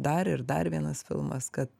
dar ir dar vienas filmas kad